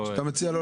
שמופיע כבר